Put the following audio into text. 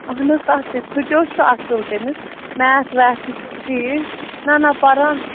اَہن حظ تَتھ تہِ سُہ تہِ حظ چھُ اَصٕل تٔمِس میتھ ویتھ تہِ چھُس ٹھیٖک نَہ نَہ پَران